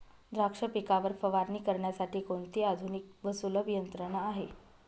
द्राक्ष पिकावर फवारणी करण्यासाठी कोणती आधुनिक व सुलभ यंत्रणा आहे?